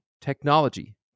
technology